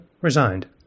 resigned